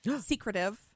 secretive